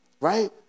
right